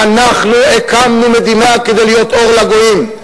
אנחנו הקמנו מדינה כדי להיות אור לגויים,